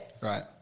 right